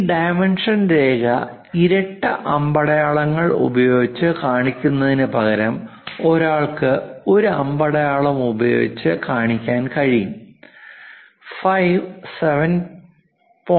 ഈ ഡൈമൻഷൻ രേഖ ഇരട്ട അമ്പടയാളങ്ങൾ ഉപയോഗിച്ച് കാണിക്കുന്നതിനുപകരം ഒരാൾക്ക് ഒരു അമ്പടയാളം ഉപയോഗിച്ച് കാണിക്കാൻ കഴിയും ഫൈ 7